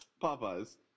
Popeye's